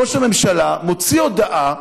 ראש הממשלה מוציא הודעה